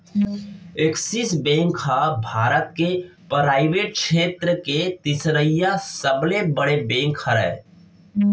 axis bank ह भारत के private छेत्र के तिसरइसा सबले बड़े बेंक हरय